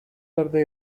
tarde